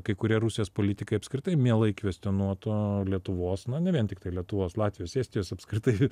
kai kurie rusijos politikai apskritai mielai kvestionuotų lietuvos na ne vien tiktai lietuvos latvijos estijos apskritai